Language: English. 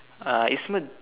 uh Isman